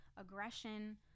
aggression